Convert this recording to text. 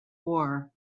war